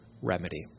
remedy